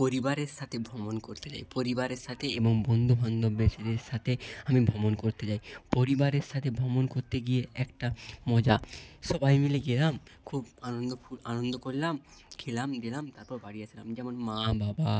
পরিবারের সাথে ভ্রমণ করতে যাই পরিবারের সাথে এবং বন্ধুবান্ধবদের সাথে আমি ভ্রমণ করতে যই পরিবারের সাথে ভ্রমণ করতে গিয়ে একটা মজা সবাই মিলে গেলাম খুব আনন্দ আনন্দ করলাম খেলাম দেলাম তারপর বাড়ি আসলাম যেমন মা বাবা